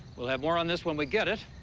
we'll have more on this when we get it.